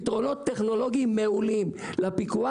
פתרונות טכנולוגיים מעולים לפיקוח.